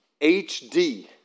HD